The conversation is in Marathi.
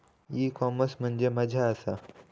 ई कॉमर्स म्हणजे मझ्या आसा?